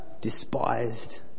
despised